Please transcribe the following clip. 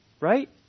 Right